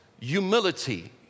humility